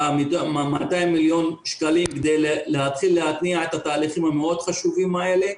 200 מיליון שקלים כדי להתחיל להתניע את התהליכים המאוד חשובים האלה.